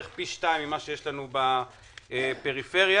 ממה שיש בפריפריה.